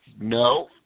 no